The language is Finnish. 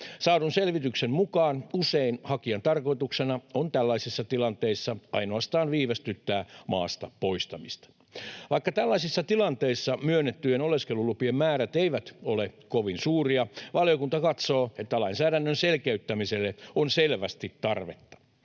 Saadun selvityksen mukaan usein hakijan tarkoituksena on tällaisissa tilanteissa ainoastaan viivästyttää maasta poistamista. Vaikka tällaisissa tilanteissa myönnettyjen oleskelulupien määrät eivät ole kovin suuria, valiokunta katsoo, että lainsäädännön selkeyttämiselle on selvästi tarvetta.